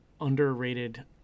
underrated